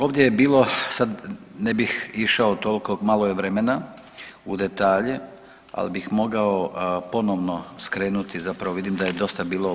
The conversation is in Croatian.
Ovdje je bilo, sad ne bih išao toliko, malo je vremena u detalje, ali bih mogao ponovno skrenuti zapravo vidim da je dosta bilo o BiH.